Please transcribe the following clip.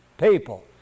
people